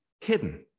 hidden